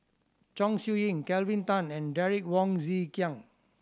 Chong Siew Ying Kelvin Tan and Derek Wong Zi Kiang